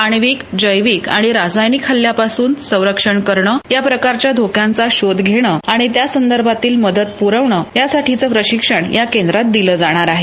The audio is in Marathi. आण्विक जैविक आणि रासायनिक हल्ल्यापासून संरक्षण करणं या प्रकारच्या धोक्यांचा शोध घेणं आणि त्यासंदर्भातील मदत पुरवणं यासाठीचं प्रशिक्षण या केंद्रात दिलं जाणार आहे